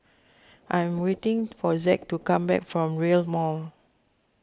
I'm waiting for Zack to come back from Rail's Mall